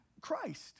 Christ